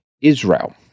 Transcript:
Israel